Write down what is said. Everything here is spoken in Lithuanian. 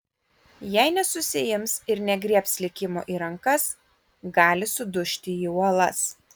jei nesusiims ir negriebs likimo į rankas gali sudužti į uolas